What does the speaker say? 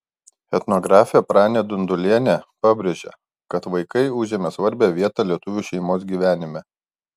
etnografė pranė dundulienė pabrėžia kad vaikai užėmė svarbią vietą lietuvių šeimos gyvenime